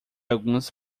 algumas